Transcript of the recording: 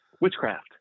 witchcraft